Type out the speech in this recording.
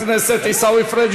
חבר הכנסת עיסאווי פריג',